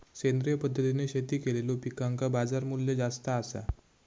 सेंद्रिय पद्धतीने शेती केलेलो पिकांका बाजारमूल्य जास्त आसा